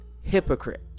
hypocrite